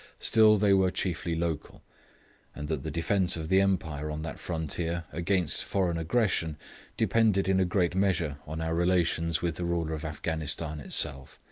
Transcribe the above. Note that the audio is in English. still, they were chiefly local and that the defence of the empire on that frontier against foreign aggression depended in a great measure on our relations with the ruler of afghanistan itself.